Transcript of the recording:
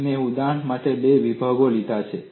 અને મેં ઉદાહરણ માટે બે વિભાગ લીધા છે